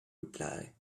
reply